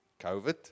COVID